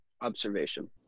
Observation